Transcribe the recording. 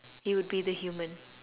you would be the human